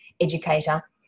educator